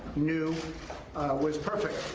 new was perfect.